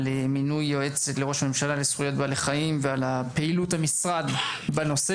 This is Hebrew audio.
מינוי יועצת לראש הממשלה לזכויות בעלי חיים ועל פעילות המשרד בנושא,